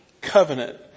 covenant